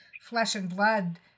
flesh-and-blood